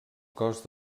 cos